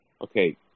okay